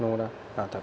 নোংরা না থাকে